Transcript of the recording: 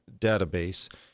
database